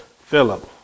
Philip